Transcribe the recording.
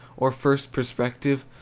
or first prospective,